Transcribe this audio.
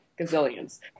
gazillions